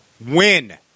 Win